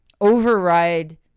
Override